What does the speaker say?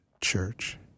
Church